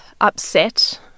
upset